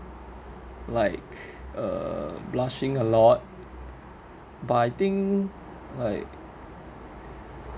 like uh blushing a lot but I think like